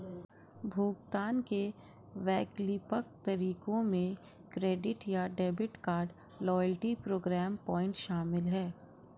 भुगतान के वैकल्पिक तरीकों में क्रेडिट या debit card, loyalty programme point शामिल है